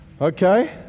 Okay